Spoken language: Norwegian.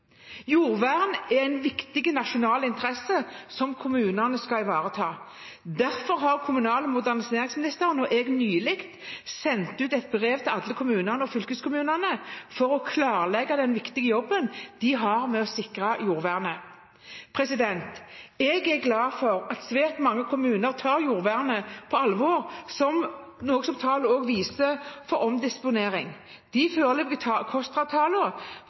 Jordvern er en viktig nasjonal interesse som kommunene skal ivareta. Derfor har kommunal- og moderniseringsministeren og jeg nylig sendt ut et brev til alle kommunene og fylkeskommunene for å klarlegge den viktige jobben de har med å sikre jordvernet. Jeg er glad for at svært mange kommuner tar jordvernet på alvor, noe som tallene for omdisponering også viser. De foreløpige KOSTRA-tallene for